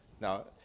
Now